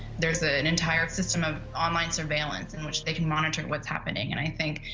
there's ah an entire system of online surveillance, in which they can monitor what's happening, and i think,